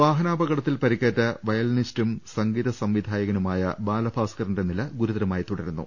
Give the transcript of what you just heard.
വാഹനാപകടത്തിൽ പരിക്കേറ്റ വയലിനിസ്റ്റും സംഗീത സംവിധായകനുമായ ബാലഭാസ്ക്ക്റിന്റെ നില ഗുരുതരമായി തുടരുന്നു